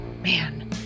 man